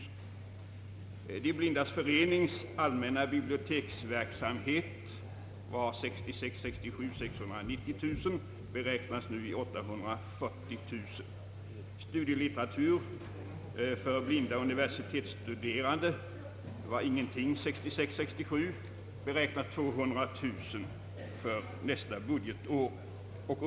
För De blindas förenings allmänna biblioteksverksamhet anvisades 690 000 kronor för budgetåret 1966 69. För studielitteratur för blinda universitetsstuderande anvisades ingenting budgetåret 1966 69 ett belopp av 200 000 kronor.